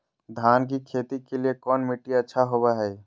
धान की खेती के लिए कौन मिट्टी अच्छा होबो है?